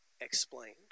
explained